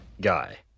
Guy